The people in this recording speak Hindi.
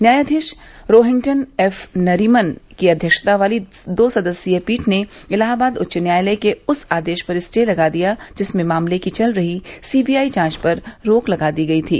न्यायाधीश रोहिंग्टन एफ नरीमन की अव्यक्षता वाली दो सदस्यीय पीठ ने इलाहाबाद उच्च न्यायालय के उस आदेश पर स्टे लगा दिया जिसमें मामले की चल रही सीबीआई जांच पर रोक लगा दी गई थी